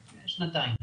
שנתיים.